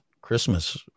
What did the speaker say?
Christmas